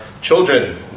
children